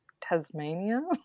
Tasmania